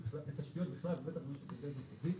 בתשתיות בכלל ובטח במשק הגז הטבעי.